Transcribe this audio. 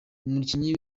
umukinnyi